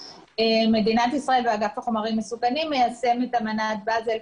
מדינת ישראל ואגף החומרים המסוכנים מיישם את אמנת באזל,